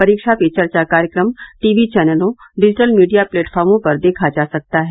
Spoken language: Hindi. परीक्षा पे चर्चा कार्यक्रम टीवी चैनलों डिजिटल मीडिया प्लेटफार्मों पर देखा जा सकता है